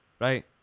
right